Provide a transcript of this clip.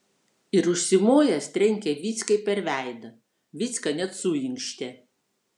ir užsimojęs trenkė vyckai per veidą vycka net suinkštė